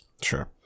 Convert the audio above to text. Sure